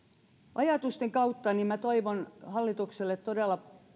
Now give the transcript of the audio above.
ajatusten kautta minä toivon hallitukselle todella